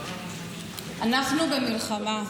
אנחנו במלחמה,